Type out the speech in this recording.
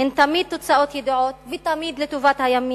הן תמיד תוצאות ידועות, ותמיד לטובת הימין.